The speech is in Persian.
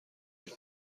میاد